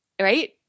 Right